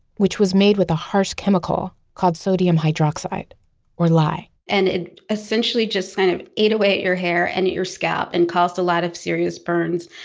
which was made with a harsh chemical called sodium hydroxide or lye and it essentially just kind of ate away at your hair and at your scalp and caused a lot of serious burns.